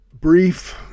brief